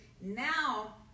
now